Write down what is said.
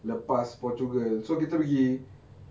lepas portugal so kita pergi